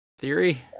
theory